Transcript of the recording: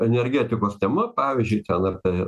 energetikos tema pavyzdžiui ten apie